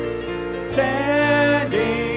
standing